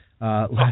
last